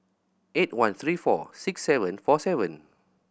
eight one three four six seven four seven